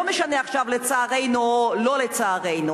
לא משנה עכשיו לצערנו או לא לצערנו.